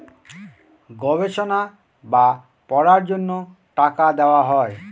গবেষণা বা পড়ার জন্য টাকা দেওয়া হয়